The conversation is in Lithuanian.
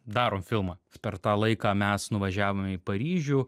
darom filmą per tą laiką mes nuvažiavome į paryžių